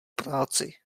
práci